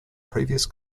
previous